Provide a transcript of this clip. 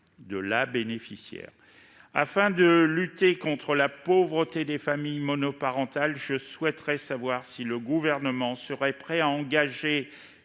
de la bénéficiaire. Afin de lutter contre la pauvreté des familles monoparentales, je souhaiterais savoir- si possible, avant ma retraite